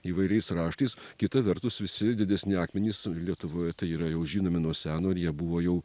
įvairiais raštais kita vertus visi didesni akmenys lietuvoje tai yra jau žinomi nuo seno ir jie buvo jau